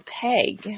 peg